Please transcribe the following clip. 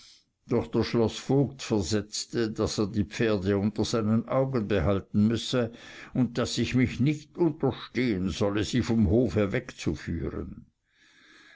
doch der schloßvogt versetzte daß er die pferde unter seinen augen behalten müsse und daß ich mich nicht unterstehen solle sie vom hofe wegzuführen